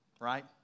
right